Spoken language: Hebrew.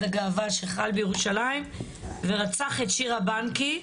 הגאווה שחל בירושלים ורצח את שירה בנקי,